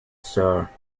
sir